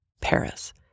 Paris